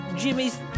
jimmy's